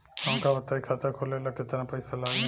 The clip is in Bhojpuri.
हमका बताई खाता खोले ला केतना पईसा लागी?